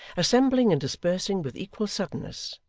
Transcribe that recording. assembling and dispersing with equal suddenness,